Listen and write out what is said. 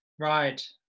Right